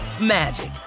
magic